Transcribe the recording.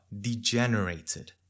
degenerated